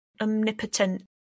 omnipotent